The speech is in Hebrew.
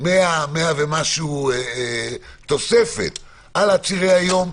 100 או 100 תוספת על עצירי היום,